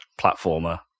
platformer